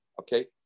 Okay